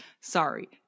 Sorry